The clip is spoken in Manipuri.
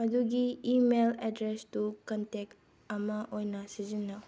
ꯃꯗꯨꯒꯤ ꯏꯃꯦꯜ ꯑꯦꯗ꯭ꯔꯦꯁꯇꯨ ꯀꯟꯇꯦꯛ ꯑꯃ ꯑꯣꯏꯅ ꯁꯤꯖꯤꯟꯅꯧ